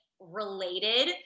related